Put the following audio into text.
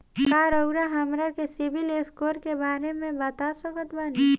का रउआ हमरा के सिबिल स्कोर के बारे में बता सकत बानी?